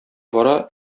бара